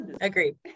agreed